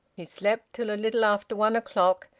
he slept till a little after one o'clock,